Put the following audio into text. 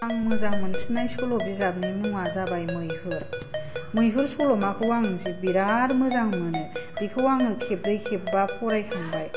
आं मोजां मोनसिननाय सल' बिजाबनि मुङा जाबाय मैहुर मैहुर सल'माखौ आं जि बिराद मोजां मोनो बेखौ आङो खेबब्रै खेबबा फरायखांबाय